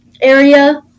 area